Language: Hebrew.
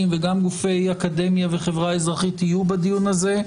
וגם גופי אקדמיה וחברה אזרחית יהיו בדיון הזה.